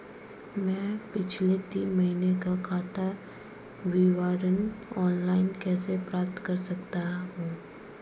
मैं पिछले तीन महीनों का खाता विवरण ऑनलाइन कैसे प्राप्त कर सकता हूं?